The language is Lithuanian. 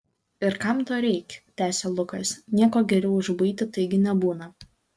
ir kam to reik tęsė lukas nieko geriau už buitį taigi nebūna